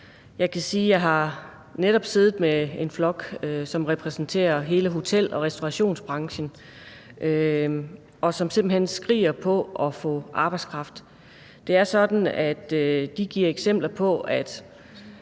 jeg netop har siddet med en flok, som repræsenterer hele hotel- og restaurationsbranchen, og som simpelt hen skriger på at få arbejdskraft. Det er sådan, at de giver eksempler på,